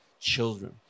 children